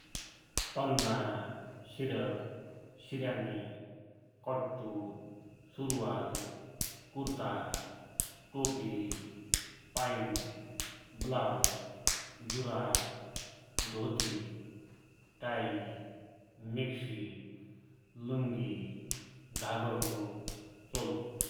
तन्ना, सिरक, सिरानी, कट्टु, सुरुवाल, कुर्ता, टोपी, पाइन्ट, ब्लाउज, जुराब, धोति, टाई, मेक्स्सी, लुङ्गि, घागरो, चोलो।